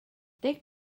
dic